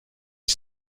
est